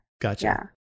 Gotcha